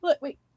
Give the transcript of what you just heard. wait